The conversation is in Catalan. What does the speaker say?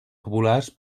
populars